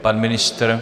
Pan ministr?